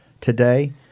today